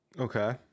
okay